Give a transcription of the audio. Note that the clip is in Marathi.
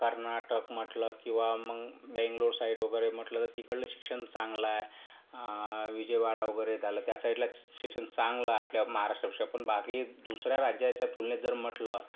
कर्नाटक म्हटलं किंवा मग मेंगलोर साईड वगैरे म्हटलं तर तिकडलं शिक्षण चांगलं आहे विजयवाडा वगैरे झालं त्या साईडला शिक्षण चांगलं आहे आपल्या महाराष्ट्रापेक्षा पण बाकी दुसऱ्या राज्याच्या तुलनेत जर म्हटलं